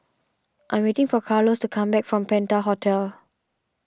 I am waiting for Carlos to come back from Penta Hotel